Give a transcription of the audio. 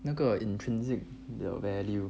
那个 intrinsic value